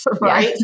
right